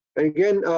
again,